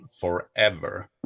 forever